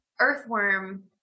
earthworm